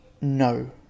no